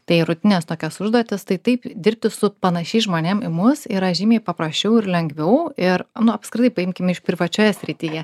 tai rutinines tokias užduotis tai taip dirbti su panašiais žmonėm į mus yra žymiai paprasčiau ir lengviau ir nu apskritai paimkim iš privačioje srityje